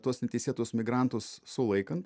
tuos neteisėtus migrantus sulaikant